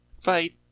fight